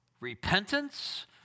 repentance